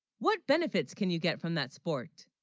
what benefits can, you get from that sport